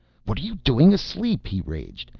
what are you doing asleep? he raged.